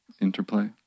interplay